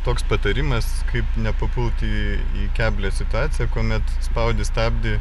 toks patarimas kaip nepapult į į keblią situaciją kuomet spaudi stabdį